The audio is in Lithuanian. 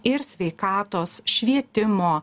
ir sveikatos švietimo